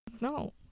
No